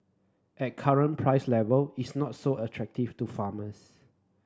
at current price level it's not so attractive to farmers